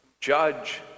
judge